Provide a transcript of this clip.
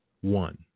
One